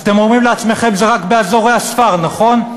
אז אתם אומרים לעצמכם: זה רק באזורי הספר, נכון?